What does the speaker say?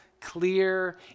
clear